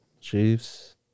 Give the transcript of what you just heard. Chiefs